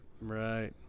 Right